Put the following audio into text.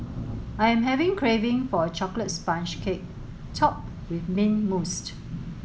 I'm having craving for a chocolate sponge cake topped with mint mousses